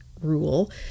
rule